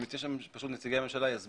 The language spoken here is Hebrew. אנחנו צריכים להבין שכל פגיעה בהכנסות הרשות